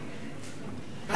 תפסיק עם הצביעות הזאת.